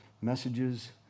messages